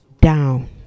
down